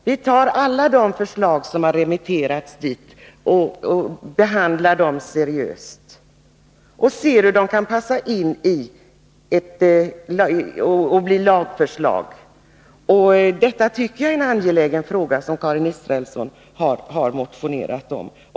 Vi tar upp alla de förslag som har remitterats dit, behandlar dem seriöst och ser hur de kan passa in i ett lagförslag. Jag tycker att det är en angelägen fråga som Karin Israelsson motionerat om.